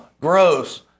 gross